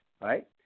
right